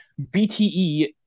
BTE